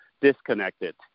disconnected